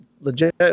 legit